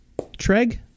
Treg